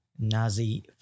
Nazi